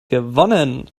gewonnen